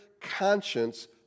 conscience